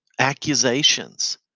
accusations